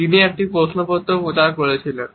তিনি একটি প্রশ্নপত্র প্রচার করেছিলেন